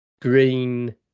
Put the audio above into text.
green